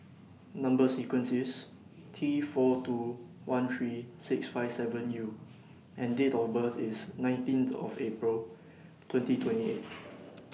Number sequence IS T four two one three six five seven U and Date of birth IS nineteenth of April twenty twenty eight